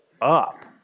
up